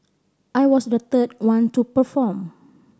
I was the third one to perform